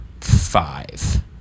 five